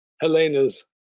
helena's